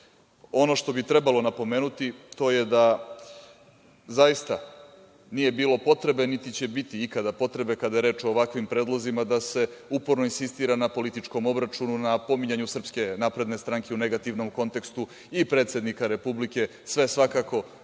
što bi trebalo napomenuti, to je da zaista, nije bilo potrebe, niti će biti ikada potrebe kada je reč o ovakvim predlozima da se uporno insistira na političkom obračunu, na pominjanju SNS-a u negativnom kontekstu i predsednika Republike. Sve svakako u stilu